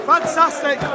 Fantastic